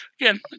Again